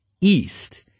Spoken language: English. east